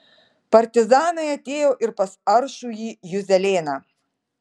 partizanai atėjo ir pas aršųjį juzelėną